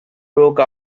broke